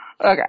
Okay